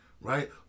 right